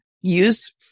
Use